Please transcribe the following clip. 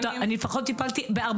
אני בנושא הזה אדבר עם שר הבריאות.